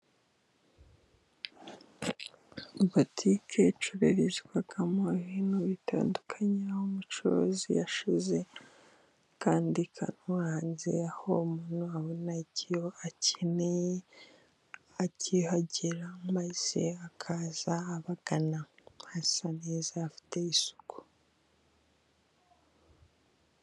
Butike icururirizwamo ibintu bitandukanye, umucuruzi yashize akandi kantu hanze, aho umuntu abona icyo akeneye akihagera, maze akaza abagana hasa neza hafite isuku.